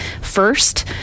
first